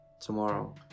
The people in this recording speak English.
tomorrow